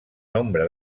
nombre